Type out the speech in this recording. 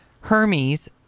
Hermes